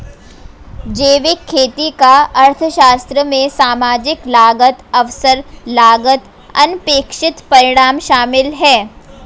जैविक खेती का अर्थशास्त्र में सामाजिक लागत अवसर लागत अनपेक्षित परिणाम शामिल है